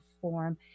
form